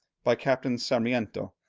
by captain sarmiento.